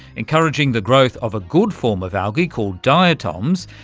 encouraging the growth of a good form of algae, called diatoms,